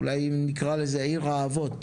אולי אם נקרא לזה עיר אהבות